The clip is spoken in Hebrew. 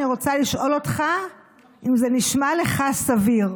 אני רוצה לשאול אותך אם זה נשמע לך סביר,